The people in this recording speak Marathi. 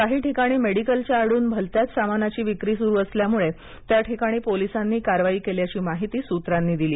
काही ठिकाणी मेडिकलच्या आडून भलत्याच सामानांची विक्री सुरू असल्यामुळे त्या ठिकाणी पोलिसांनी कारवाई केल्याची माहिती सुत्रांनी दिली